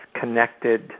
connected